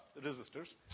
resistors